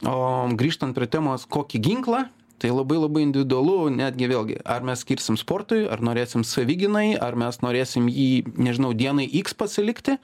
o grįžtant prie temos kokį ginklą tai labai labai individualu netgi vėlgi ar mes skirsim sportui ar norėsim savigynai ar mes norėsim jį nežinau dienai iks pasilikti